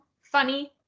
funny